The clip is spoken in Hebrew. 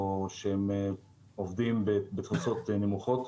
או שהם עובדים בתפוסות נמוכות,